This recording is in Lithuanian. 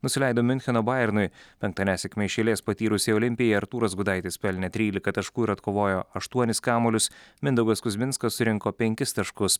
nusileido miuncheno bajernui penktą nesėkmę iš eilės patyrusiai olimpijai artūras gudaitis pelnė trylika taškų ir atkovojo aštuonis kamuolius mindaugas kuzminskas surinko penkis taškus